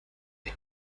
mit